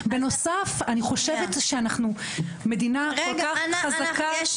בנוסף אני חושבת שאנחנו מדינה כל כך חזקה,